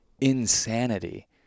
insanity